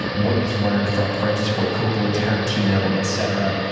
what he's learned from frances ford coppola, tarantino, etc.